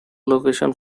location